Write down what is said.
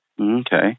Okay